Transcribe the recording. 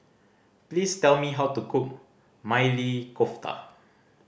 please tell me how to cook Maili Kofta